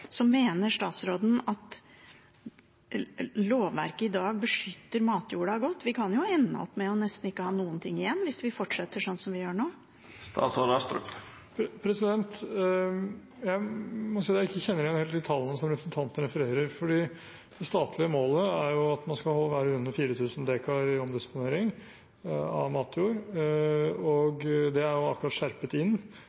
Mener statsråden at lovverket i dag beskytter matjorda godt? Vi kan jo ende opp med å ha nesten ingen ting igjen hvis vi fortsetter sånn som vi gjør nå. Jeg må si jeg ikke kjenner helt igjen de tallene som representanten refererer. Det statlige målet er at man skal være under 4 000 dekar i omdisponering av matjord.